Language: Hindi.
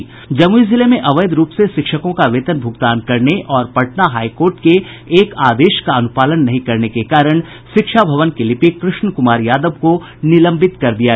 जमुई जिले में अवैध रूप से शिक्षकों का वेतन भुगतान करने और पटना हाईकोर्ट के एक आदेश का अनुपालन नहीं करने के कारण शिक्षा भवन के लिपिक कृष्ण कुमार यादव को निलंबित कर दिया गया है